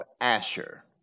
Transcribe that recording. Asher